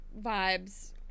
vibes